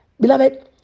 Beloved